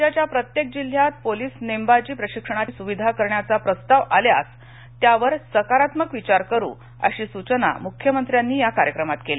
राज्याच्या प्रत्येक जिल्ह्यात पोलिस नेमबाजी प्रशिक्षणाची सुविधा करण्याचा प्रस्ताव आल्यास त्यावर सकारात्मक विचार करु अशी सूचना मूख्यमंत्र्यांनी या कार्यक्रमात केली